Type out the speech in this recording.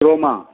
Croma